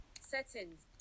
Settings